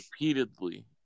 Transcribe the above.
repeatedly